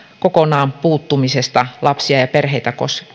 puuttumisesta kokonaan lapsia ja perheitä